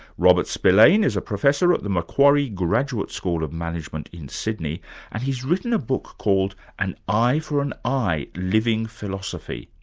robert spillane is a professor at the macquarie graduate school of management in sydney and he's written a book called an eye for an i living philosophy.